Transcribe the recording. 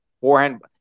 forehand